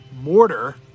mortar